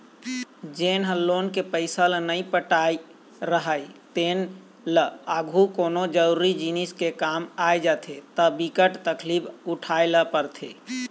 जेन ह लोन के पइसा ल नइ पटाए राहय तेन ल आघु कोनो जरुरी जिनिस के काम आ जाथे त बिकट तकलीफ उठाए ल परथे